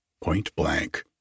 point-blank